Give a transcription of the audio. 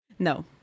No